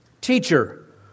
Teacher